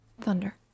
Thunder